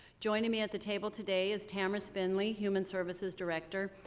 joining me at the table today is tamyra spendley, human services director.